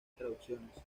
traducciones